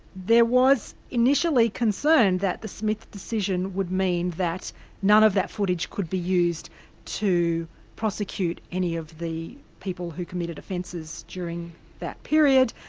there was initially concern that the smith decision would mean that none of that footage could be used to prosecute any of the people who committed offences during that period.